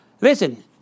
Listen